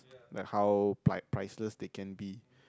like how ply~ like priceless they can be